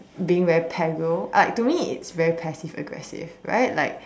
being very paggro like to me it's very passive aggressive right like